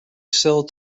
cell